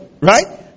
right